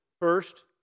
First